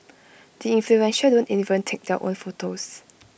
the influential don't even take their own photos